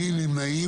מי נמנעים?